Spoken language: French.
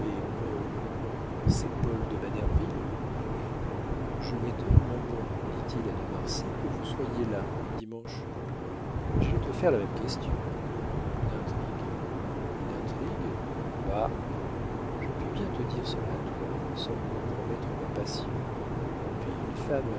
paul c'est paul de manerville je m'étonne mon bon dit-il à de marsay que vous soyez là le dimanche j'allais te faire la même question une intrigue une intrigue bah je puis bien te dire cela à toi sans compromettre ma passion puis une femme